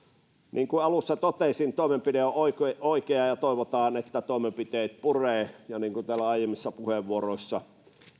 niin kuin alussa totesin toimenpide on oikea ja toivotaan että toimenpiteet purevat ja niin kuin täällä aiemmissa puheenvuoroissa